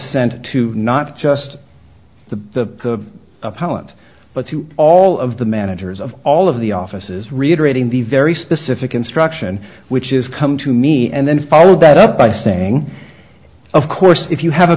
sent to not just the apology but to all of the managers of all of the offices reiterating the very specific instruction which is come to me and then follow that up by saying of course if you have a